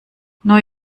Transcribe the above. neu